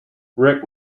rick